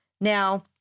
Now